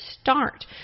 start